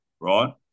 right